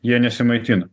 jie nesimaitina